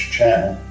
Channel